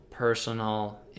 personal